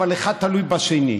אבל אחד תלוי בשני.